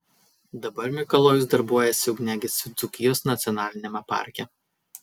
dabar mikalojus darbuojasi ugniagesiu dzūkijos nacionaliniame parke